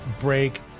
break